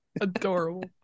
Adorable